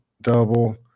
double